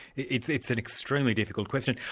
it's it's an extremely difficult question.